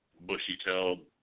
bushy-tailed